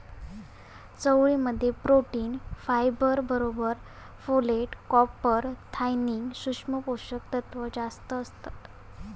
चवळी मध्ये protein, fibre बरोबर फोलेट, कॉपर, थायमिन, सुक्ष्म पोषक तत्त्व जास्तं असतत